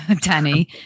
Danny